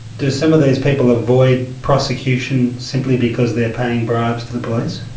do some of these people avoid prosecution simply because they are paying bribes to the police?